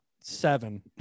seven